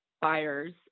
buyers